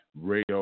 Radio